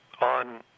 on